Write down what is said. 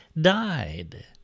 died